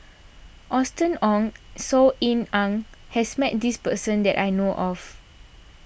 Austen Ong Saw Ean Ang has met this person that I know of